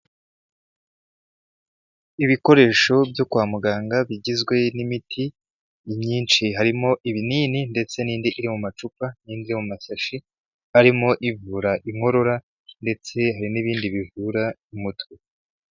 Ibikoresho byo kwa muganga bigizwe n'imiti imyinshi harimo ibinini ndetse n'indi iri mu macupa n'indi iri mu masashi harimo ivura inkorora ndetse hari n'ibindi bivura umutwe.